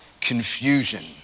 confusion